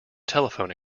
telephone